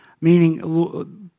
Meaning